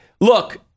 look